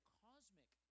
cosmic